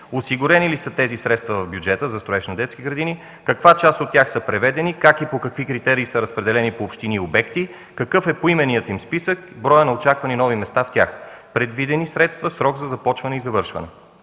осигурени ли са тези средства в бюджета за строеж на детски градини, каква част от тях са преведени, как и по какви критерии са разпределени по общини и обекти, какъв е поименният им списък, броят на очакваните нови места в тях, предвидени средства, срок за започване и завършване?